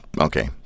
Okay